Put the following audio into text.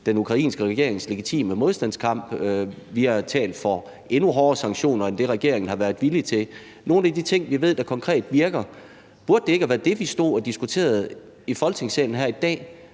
den ukrainske regerings legitime modstandskamp. Vi har talt for endnu hårdere sanktioner end det, regeringen har været villig til – nogle af de ting, vi ved konkret virker. Burde det ikke have været det, vi stod og diskuterede i Folketingssalen her i dag,